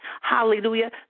Hallelujah